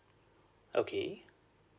okay